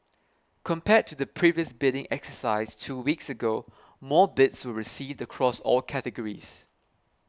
compared to the previous bidding exercise two weeks ago more bids were received across all categories